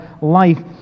life